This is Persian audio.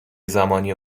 زمانی